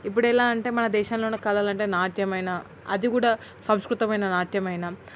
ఇప్పుడు ఎలా అంటే మన దేశంలోనే కళలంటే నాట్యమైనా అది కూడా సంస్కృత్యమైన నాట్యమైనా